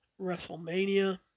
WrestleMania